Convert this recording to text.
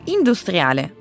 Industriale